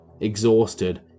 exhausted